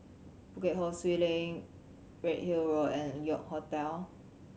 Bukit Ho Swee Link Redhill Road and York Hotel